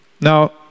Now